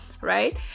right